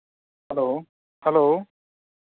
hello hello